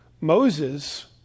Moses